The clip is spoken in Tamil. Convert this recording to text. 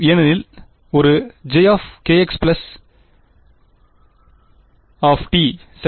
ஏனெனில் இது ஒரு j kx t சரி